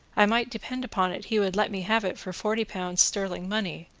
i might depend upon it he would let me have it for forty pounds sterling money,